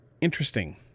interesting